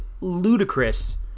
ludicrous